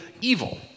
evil